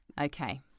okay